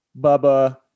Bubba